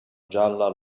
gialla